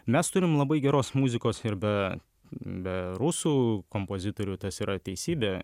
mes turim labai geros muzikos ir be be rusų kompozitorių tas yra teisybė